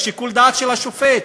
שיקול הדעת של השופט.